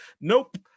Nope